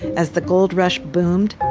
as the gold rush boomed,